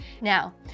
Now